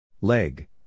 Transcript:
Leg